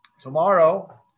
Tomorrow